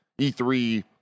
E3